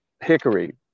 hickory